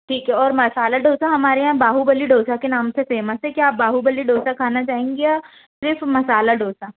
ठीक है और मसाला डोसा हमारे यहाँ बाहुबली डोसा के नाम से फेमस है क्या आप बाहुबली डोसा खाना चाहेंगी या सिर्फ़ मसाला डोसा